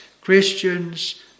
Christians